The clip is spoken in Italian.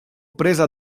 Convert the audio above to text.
presa